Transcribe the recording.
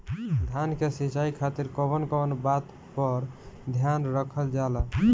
धान के सिंचाई खातिर कवन कवन बात पर ध्यान रखल जा ला?